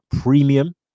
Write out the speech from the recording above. premium